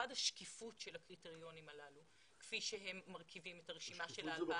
1. השקיפות של הקריטריונים הללו כפי שהם מרכיבים את הרשימה של ה-2,000.